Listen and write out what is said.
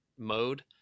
mode